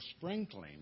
sprinkling